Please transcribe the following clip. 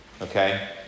okay